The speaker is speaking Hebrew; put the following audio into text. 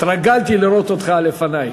התרגלתי לראות אותך לפני.